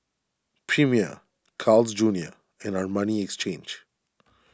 Premier Carl's Junior and Armani Exchange